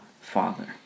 Father